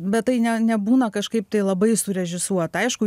bet tai ne nebūna kažkaip tai labai surežisuota aišku